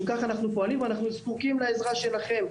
כך אנחנו פועלים ואנחנו זקוקים לעזרה שלכם,